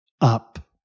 up